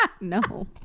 No